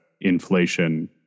inflation